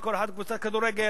לכל אחת קבוצת כדורגל,